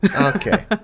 Okay